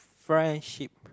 friendship